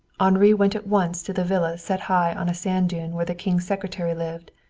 henri went at once to the villa set high on a sand dune where the king's secretary lived.